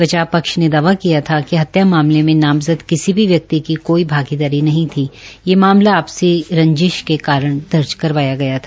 बचाव प्रक्ष का दावा किया था कि हत्या मामले में नामज़द किसी भी व्यक्ति की कोई भागीदारी नहीं थी ये मामला आ सी रंजिश के कारण दर्ज करवाया गया था